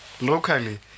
Locally